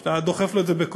שאתה דוחף לו את זה בכוח,